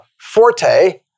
forte